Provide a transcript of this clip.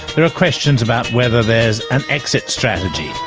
there are questions about whether there is an exit strategy.